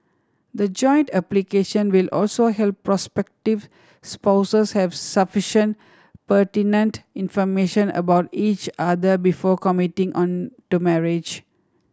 the joint application will also help prospective spouses have sufficient pertinent information about each other before committing on to marriage